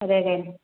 അതേലെ